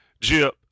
Jip